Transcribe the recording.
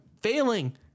failing